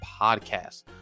podcast